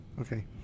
okay